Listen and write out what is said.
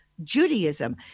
Judaism